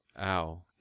Ow